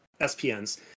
SPNs